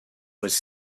was